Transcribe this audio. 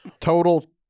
total